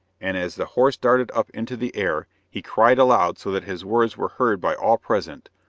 and as the horse darted up into the air, he cried aloud so that his words were heard by all present,